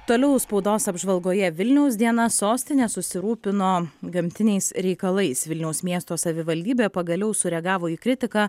toliau spaudos apžvalgoje vilniaus diena sostinė susirūpino gamtiniais reikalais vilniaus miesto savivaldybė pagaliau sureagavo į kritiką